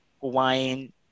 Hawaiian